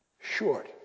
short